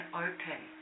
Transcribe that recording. open